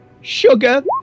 sugar